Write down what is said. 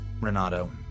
Renato